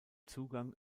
zugang